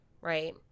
right